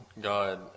God